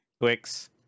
Twix